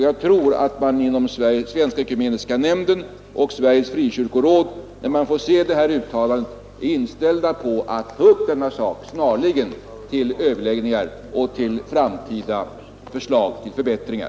Jag tror att man inom Svenska ekumeniska nämnden och Sveriges frikyrkoråd, när man får se det uttalande utskottet gjort, är inställd på att snarligen ta upp denna sak till överläggningar och komma med förslag till förbättringar.